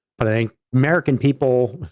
but i think american people,